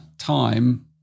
time